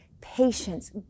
patience